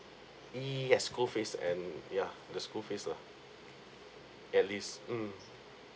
yes school fees and yeah the school fees lah